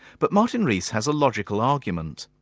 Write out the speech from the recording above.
but martin rees has a logical argument.